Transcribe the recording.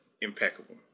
impeccable